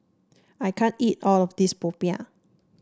I can't eat all of this Popiah